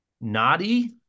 Noddy